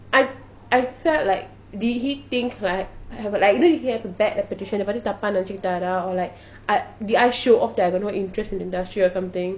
I I felt like did he think I like you know you can have a bad reputation என்னை பற்றி தப்பா நினைச்சித்தாரா:ennai pattri thappa ninaichitara or like I did I show off that I got no interest in the industry or something